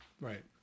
Right